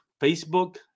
Facebook